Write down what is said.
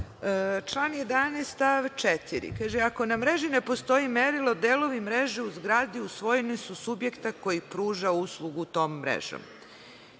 stav 4. kaže: „Ako na mreži ne postoji merilo, delovi mreže u zgradi u svojini su subjekta koji pruža uslugu tom mrežom“.Mi